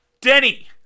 denny